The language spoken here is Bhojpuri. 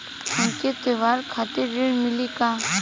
हमके त्योहार खातिर ऋण मिली का?